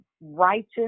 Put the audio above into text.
righteous